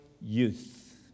youth